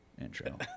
intro